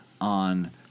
on